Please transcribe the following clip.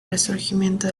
resurgimiento